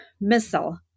missile